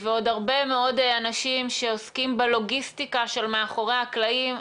ועוד הרבה מאוד אנשים שעוסקים בלוגיסטיקה של מאחורי הקלעים.